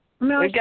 No